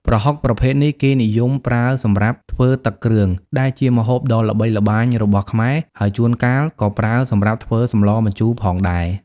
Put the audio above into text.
ប្រហុកប្រភេទនេះ គេនិយមប្រើសម្រាប់ ធ្វើទឹកគ្រឿង ដែលជាម្ហូបដ៏ល្បីល្បាញរបស់ខ្មែរ ហើយជួនកាលក៏ប្រើសម្រាប់ធ្វើសម្លម្ជូរផងដែរ។